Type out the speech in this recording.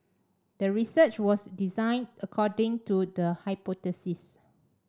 the research was designed according to the hypothesis